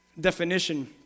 definition